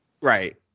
Right